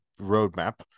roadmap